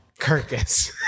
Kirkus